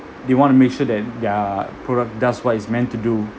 they want to make sure that their product does what it's meant to do